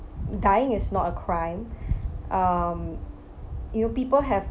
dying is not a crime um you people have